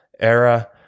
era